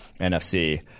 NFC